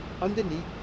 underneath